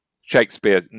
Shakespeare